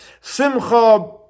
Simcha